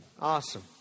Awesome